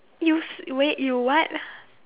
you is wait you what